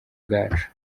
bwacu